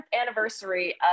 anniversary